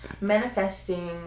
manifesting